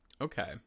okay